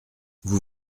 vous